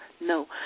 No